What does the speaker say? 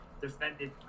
defended